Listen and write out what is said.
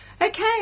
Okay